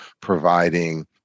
providing